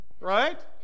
right